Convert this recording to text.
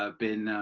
ah been